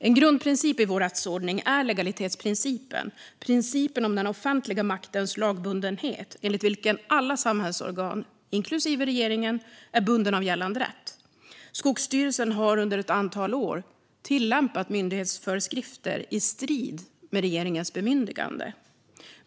En grundprincip i vår rättsordning är legalitetsprincipen, principen om den offentliga maktens lagbundenhet, enligt vilken alla samhällsorgan, inklusive regeringen, är bundna av gällande rätt. Skogsstyrelsen har under ett antal år tillämpat myndighetsföreskrifter i strid med regeringens bemyndigande.